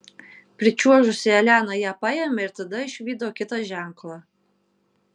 pričiuožusi elena ją paėmė ir tada išvydo kitą ženklą